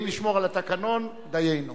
אם נשמור על התקנון, דיינו.